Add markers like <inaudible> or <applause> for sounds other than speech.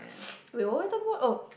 <noise> wait what are we talking about oh